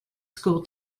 school